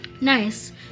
Nice